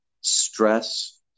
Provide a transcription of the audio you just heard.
stress